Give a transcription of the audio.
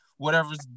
Whatever's